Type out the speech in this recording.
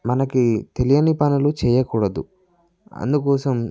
మనకీ తెలియని పనులు చేయకూడదు అందుకోసం